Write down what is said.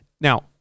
now